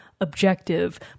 objective